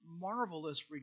marvelous